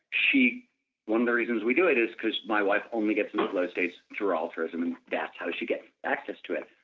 one of the reasons we do it is because my wife only gets into a flow state through her altruism and that's how she gets access to it.